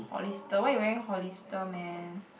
Hollister why you wearing Hollister man